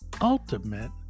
ultimate